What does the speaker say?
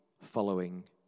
following